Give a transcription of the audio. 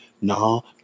no